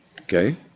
Okay